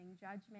judgment